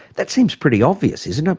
that seems pretty obvious isn't it?